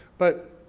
but,